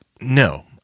no